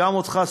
גם אותך,